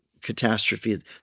catastrophe